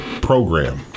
program